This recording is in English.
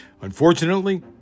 Unfortunately